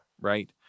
right